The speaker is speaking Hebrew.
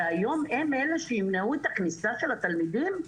והיום הם אלה שימנעו את הכניסה של התלמידים?